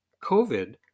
COVID